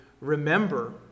remember